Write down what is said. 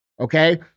Okay